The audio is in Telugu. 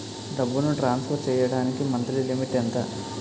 డబ్బును ట్రాన్సఫర్ చేయడానికి మంత్లీ లిమిట్ ఎంత?